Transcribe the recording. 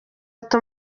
ati